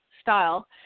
style